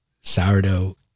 sourdough